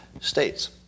states